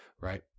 right